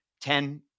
Ten